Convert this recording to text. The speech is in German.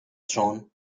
schon